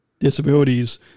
Disabilities